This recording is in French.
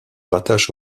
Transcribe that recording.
rattache